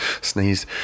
sneezed